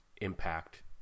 impact